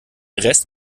rest